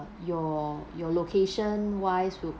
your your location wise would